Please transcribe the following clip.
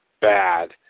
bad